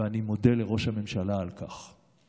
ואני מודה לראש הממשלה על כך.